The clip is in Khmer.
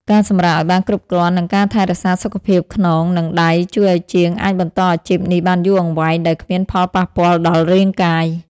ការសម្រាកឱ្យបានគ្រប់គ្រាន់ និងការថែរក្សាសុខភាពខ្នង និងដៃ ជួយឱ្យជាងអាចបន្តអាជីពនេះបានយូរអង្វែងដោយគ្មានផលប៉ះពាល់ដល់រាងកាយ។